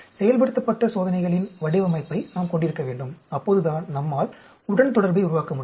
செயல்படுத்தப்பட்ட சோதனைகளின் வடிவமைப்பை நாம் கொண்டிருக்க வேண்டும் அப்போதுதான் நம்மால் உடன்தொடர்பை உருவாக்க முடியும்